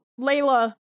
Layla